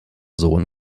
sohn